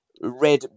Red